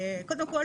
קודם כל,